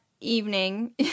evening